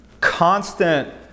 constant